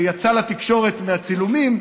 יצא לתקשורת מהצילומים,